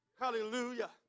Hallelujah